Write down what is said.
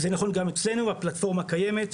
זה נכון גם אצלנו, והפלטפורמה קיימת,